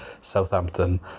Southampton